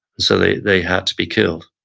so, they they had to be killed.